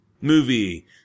movie